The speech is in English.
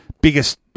biggest